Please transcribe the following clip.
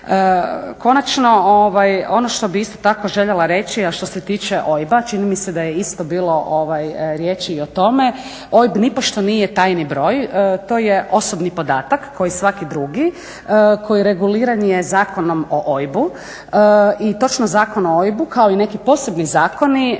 Konačno, ono što bi isto tako željela reći, a što se tiče OIB-a, čini mi se da je bilo riječi i o tome. OIB nipošto nije tajni broj, to je osobni podatak kao i svaki drugi koji reguliran je Zakonom o OIB-u i točno Zakon o OIB-u kao i neki posebni zakoni